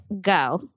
go